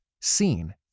seen